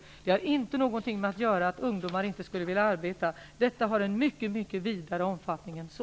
Detta har inte någonting med att göra att ungdomar inte skulle vilja arbeta. Detta har en mycket, mycket vidare omfattning än så.